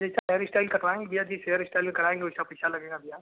जैसा hair style कटवाएंगे भैया जिस हेयर इश्टाइल में कराएंगे वैसा पैसा लगेगा भैया